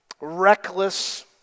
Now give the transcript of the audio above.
reckless